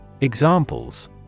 Examples